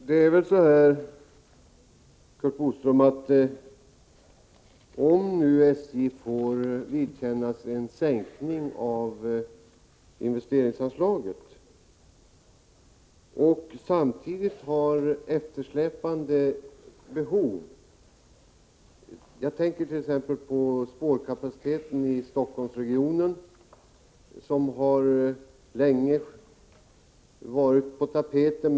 Herr talman! Jag tänker, Curt Boström, på om SJ får vidkännas en sänkning av investeringsanslaget samtidigt som SJ har eftersläpande behov. Man kan ta exemplet med spårkapaciteten i Stockholmsregionen. Det har länge varit på tapeten.